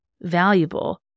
valuable